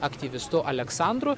aktyvistu aleksandru